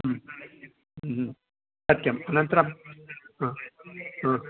सत्यम् अनन्तरम्